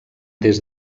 des